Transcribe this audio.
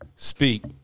Speak